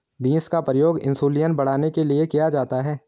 beans का प्रयोग insulin बढ़ाने के लिए किया जाता है